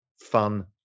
fun